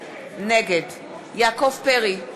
נגד יעקב פרי,